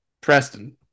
Preston